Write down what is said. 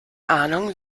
ahnung